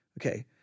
okay